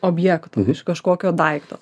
objekto iš kažkokio daikto